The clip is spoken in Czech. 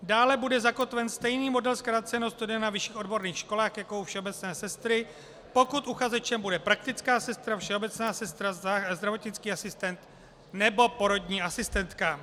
Dále bude zakotven stejný model zkráceného studia na vyšších odborných školách jako u všeobecné sestry, pokud uchazečem bude praktická sestra, všeobecná sestra, zdravotnický asistent nebo porodní asistentka.